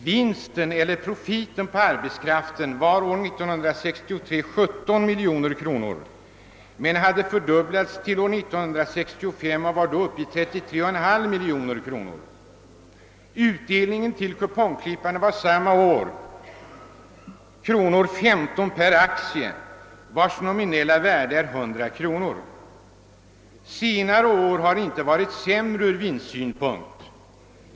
Vinsten, eller profiten, på arbetskraften var år 1963 17 miljoner kronor men hade fördubblats till år 1965 och var då uppe i 33,5 miljoner kronor. Utdelningen till kupongklipparna var samma år 15 kronor per aktie, vars nominella värde är 100 kronor. Senare år har inte varit sämre ur vinstsynpunkt.